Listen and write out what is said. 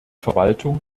verwaltung